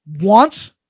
wants